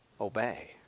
obey